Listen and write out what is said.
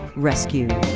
rescued.